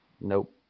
Nope